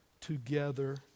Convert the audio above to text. together